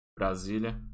Brasília